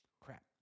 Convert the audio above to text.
crap